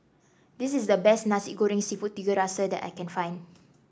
this is the best Nasi Goreng seafood Tiga Rasa that I can find